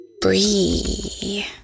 Bree